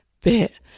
bit